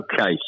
Okay